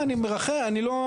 אני מרחם.